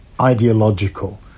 ideological